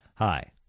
Hi